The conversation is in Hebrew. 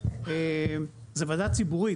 זו ועדה ציבורי.